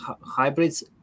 hybrids